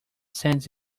sends